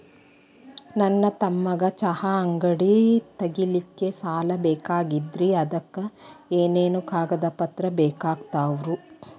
ನನ್ನ ತಮ್ಮಗ ಚಹಾ ಅಂಗಡಿ ತಗಿಲಿಕ್ಕೆ ಸಾಲ ಬೇಕಾಗೆದ್ರಿ ಅದಕ ಏನೇನು ಕಾಗದ ಪತ್ರ ಬೇಕಾಗ್ತವು?